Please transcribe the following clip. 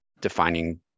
defining